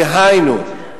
דהיינו,